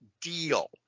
deal